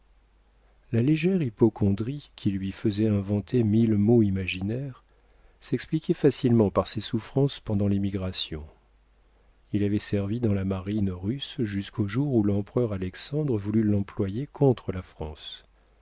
la légère hypocondrie qui lui faisait inventer mille maux imaginaires s'expliquait facilement par ses souffrances pendant l'émigration il avait servi dans la marine russe jusqu'au jour où l'empereur alexandre voulut l'employer contre la france